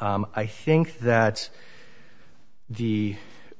i think that the